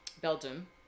Belgium